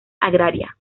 agraria